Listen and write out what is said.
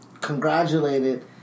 congratulated